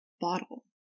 bottle